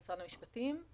המשפטים,